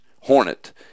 hornet